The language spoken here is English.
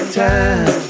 time